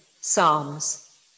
psalms